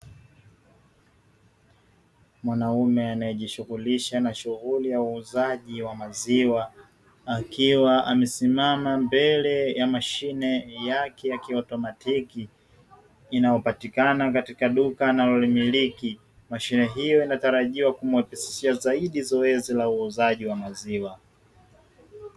Mwanaume anayejishughulisha na shughuli ya uuzaji wa maziwa akiwa amesimama mbele ya mashine yake ya kiautomatiki, linalopatikana katika duka analolimiliki. Mashine hiyo inatarajiwa kumwepesishia zaidi hili zoezi la uuzaji wa maziwa.